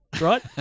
right